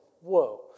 whoa